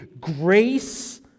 grace